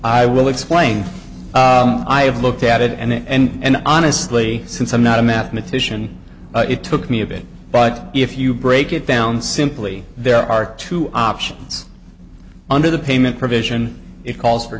i will explain i have looked at it and honestly since i'm not a mathematician it took me a bit but if you break it down simply there are two options under the payment provision it calls for